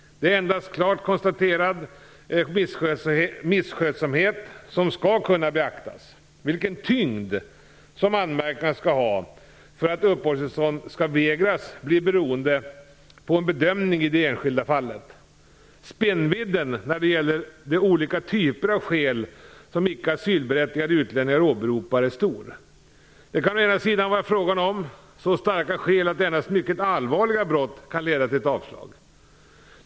Det är endast klart konstaterad misskötsamhet som skall kunna beaktas. Vilken tyngd som anmärkningarna skall ha för att uppehållstillstånd skall vägras blir beroende på en bedömning i det enskilda fallet. Spännvidden när det gäller de olika typer av skäl som icke asylberättigade utlänningar åberopar är stor. Det kan å ena sidan vara fråga om så starka skäl att endast mycket allvarliga brott kan leda till avslag.